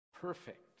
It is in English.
perfect